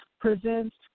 presents